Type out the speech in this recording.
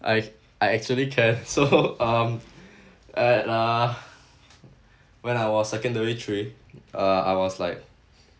I I actually can so um at uh when I was secondary three uh I was like